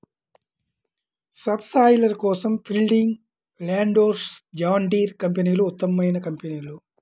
sub soiler కోసం Fielding, Landforce, John Deere కంపెనీలు ఉత్తమమైన కంపెనీలు